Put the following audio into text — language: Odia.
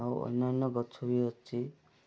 ଆଉ ଅନ୍ୟାନ୍ୟ ଗଛ ବି ଅଛି